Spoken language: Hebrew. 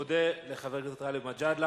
אני מודה לחבר הכנסת גאלב מג'אדלה.